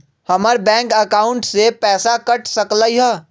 हमर bank account से पैसा कट सकलइ ह?